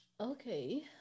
okay